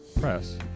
press